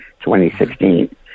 2016